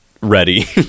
ready